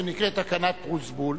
שנקראת "תקנת פרוזבול",